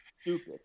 stupid